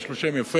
יש לו שם יפה.